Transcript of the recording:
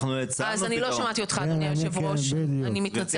לא שמעתי אותך, אדוני היושב-ראש, אני מתנצלת.